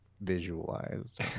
visualized